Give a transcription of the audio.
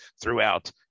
throughout